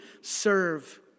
serve